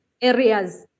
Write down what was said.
areas